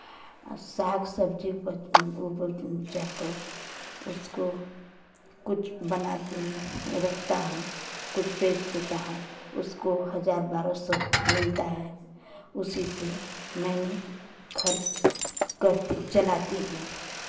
आ साग सब्जी उपज उपजाकर उसको कुछ बना रखता हूँ कुछ बेच देता हूँ उसको हजार बारह सौ मिलता है उसी से मैंने खर्च करती हूँ चलाती हूँ